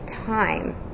time